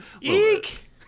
Eek